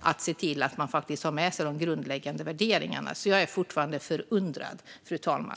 att se till att de faktiskt har med sig de grundläggande värderingarna. Jag är därför fortfarande förundrad, fru talman.